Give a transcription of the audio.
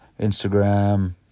Instagram